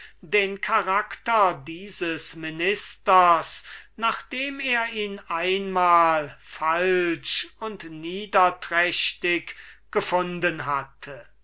seinen charakter nachdem er ihn einmal falsch und niederträchtig gefunden hatte